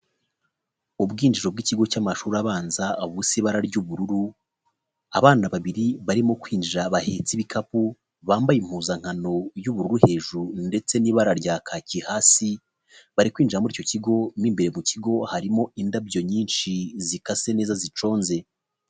Ubwinjiriro bw'ikigo cy'amashuri abanza busa ibara ry'ubururu, abana babiri barimo kwinjira abahetsi b'ibikapu bambaye impuzankano y'ubururu hejuru ndetse n'ibara rya kaki hasi, bari kwinjira muri icyo kigo mu imbere ku kigo harimo indabyo nyinshi zikase neza ziconze.